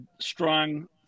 strong